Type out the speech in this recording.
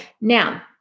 Now